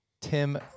Tim